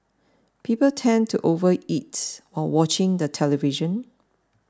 people tend to overeat while watching the television